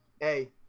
Hey